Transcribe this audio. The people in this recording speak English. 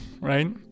right